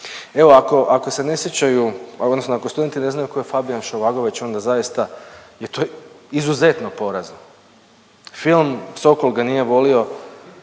ako, ako se ne sjećaju odnosno ako studenti ne znaju tko je Fabijan Šovagović onda zaista je to izuzetno porazno. Film Sokol ga nije volio,